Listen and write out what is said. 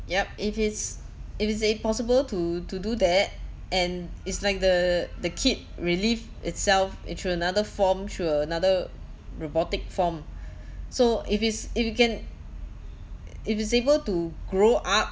yup if it's if it's a possible to to do that and it's like the the kid relive itself into another form through another robotic form so if it's if you can if it's able to grow up